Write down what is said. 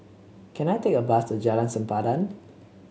can I take a bus to Jalan Sempadan